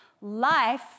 Life